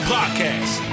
Podcast